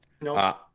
No